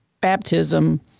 baptism